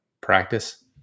practice